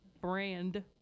Brand